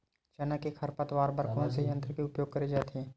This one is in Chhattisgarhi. चना के खरपतवार बर कोन से यंत्र के उपयोग करे जाथे?